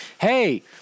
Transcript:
Hey